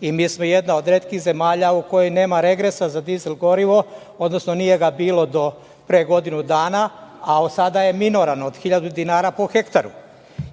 i mi smo jedna od retkih zemalja u kojoj nema regresa za dizel gorivo, odnosno nije ga bilo do pre godinu dana, a sada je minoran od 1.000 po hektaru.